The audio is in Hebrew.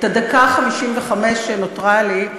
את הדקה ו-55 שנותרה לי,